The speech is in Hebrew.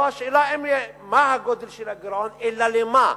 לא השאלה מה הגודל של הגירעון אלא למה.